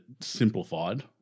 simplified